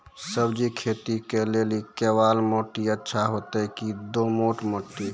सब्जी खेती के लेली केवाल माटी अच्छा होते की दोमट माटी?